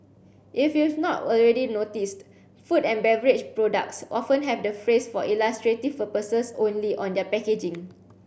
if you've not already noticed food and beverage products often have the phrase for illustrative purposes only on their packaging